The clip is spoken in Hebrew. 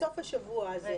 בסוף השבוע הזה,